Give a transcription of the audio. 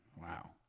Wow